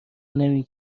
نمی